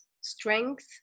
strength